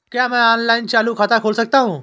क्या मैं ऑनलाइन चालू खाता खोल सकता हूँ?